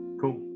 Cool